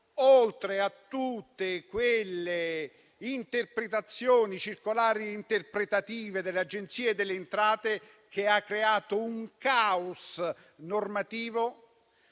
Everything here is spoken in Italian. oltre a tutte le interpretazioni e le circolari interpretative dell'Agenzia delle entrate che hanno creato un caos normativo